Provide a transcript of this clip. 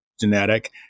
genetic